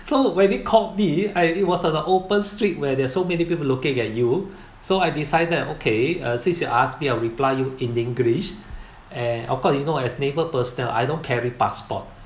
so when they caught me I it was at the open street where there are so many people looking at you so I decided okay uh since you ask me I'll reply you in english and of course you know as a naval personal I don't carry passport